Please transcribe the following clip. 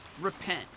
repent